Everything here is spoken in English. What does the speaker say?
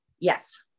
yes